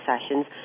sessions